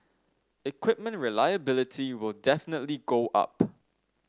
equipment reliability will definitely go up